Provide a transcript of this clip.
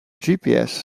gps